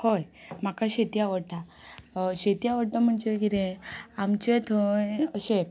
हय म्हाका शेती आवडटा शेती आवडटा म्हणजे कितें आमचे थंय अशें